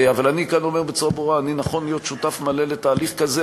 אבל אני כאן אומר בצורה ברורה: אני נכון להיות שותף מלא לתהליך כזה,